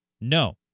No